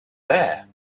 there